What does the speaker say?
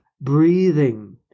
breathing